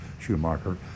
Schumacher